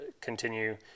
continue